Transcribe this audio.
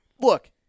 look